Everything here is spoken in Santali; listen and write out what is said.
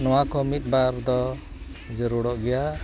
ᱱᱚᱣᱟᱠᱚ ᱢᱤᱫᱼᱵᱟᱨ ᱫᱚ ᱡᱟᱹᱲᱩᱲᱚᱜ ᱜᱮᱭᱟ